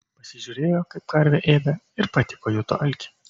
pasižiūrėjo kaip karvė ėda ir pati pajuto alkį